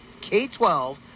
k12